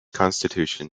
constitution